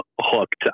hooked